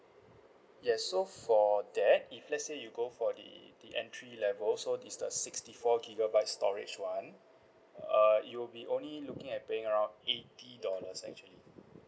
yes so for that if let's say you go for the the entry level so is the sixty four gigabytes storage [one] uh you'll be only looking at paying around eighty dollars actually